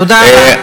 תודה רבה.